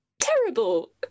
terrible